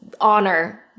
honor